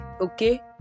okay